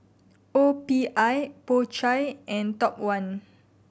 O P I Po Chai and Top One